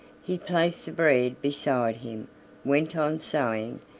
he placed the bread beside him, went on sewing,